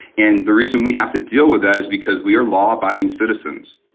and the reason we have to deal with that is because we are law-abiding citizens,